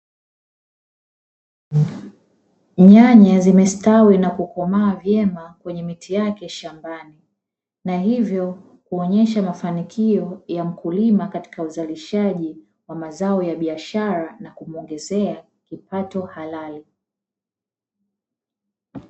Nyanya zimestawi na kukomaa vyema kwenye miti yake shambani, na hivyo kuonyesha mafanikio ya mkulima katika uzalishaji wa mazao ya biashara na kumuongezea kipato halali.